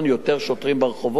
יותר שוטרים ברחובות,